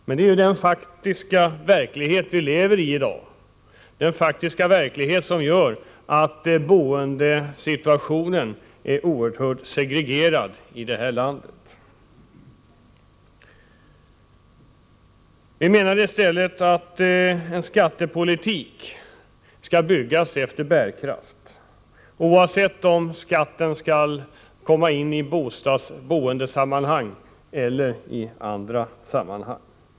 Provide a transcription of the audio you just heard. Men det är den faktiska verklighet som vi lever i i dag och som gör att boendet är oerhört segregerat i det här landet. Vi menar att en skattepolitik i stället skall byggas upp efter bärkraft, oavsett om skatten tas ut i boendesammanhang eller i andra sammanhang.